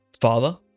father